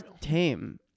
tame